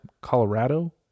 Colorado